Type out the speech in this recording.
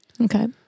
Okay